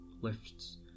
lifts